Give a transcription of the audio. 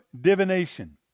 divination